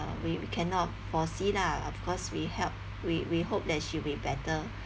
we we cannot foresee lah of course we help we we hope that she will be better